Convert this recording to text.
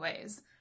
ways